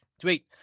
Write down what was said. Tweet